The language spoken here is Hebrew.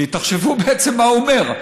כי תחשבו בעצם מה הוא אומר.